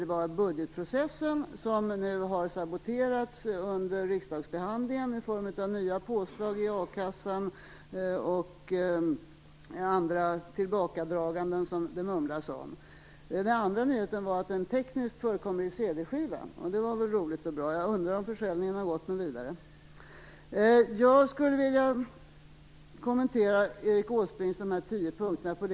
Den ena gällde budgetprocessen, som nu har saboterats under riksdagsbehandlingen i form av nya påslag i akassan och andra tillbakadraganden som det mumlas om. Den andra nyheten var att budgetpropositionen gavs ut på cd-skiva. Det var ju roligt och bra. Jag undrar om försäljningen har gått något vidare. Jag vill kommentera Erik Åsbrinks tio punkter.